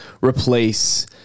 replace